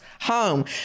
home